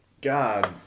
God